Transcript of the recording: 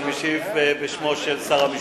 אני משיב בשמו של שר המשפטים.